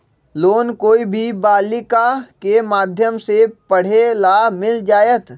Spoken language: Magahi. लोन कोई भी बालिका के माध्यम से पढे ला मिल जायत?